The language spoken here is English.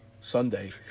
Sunday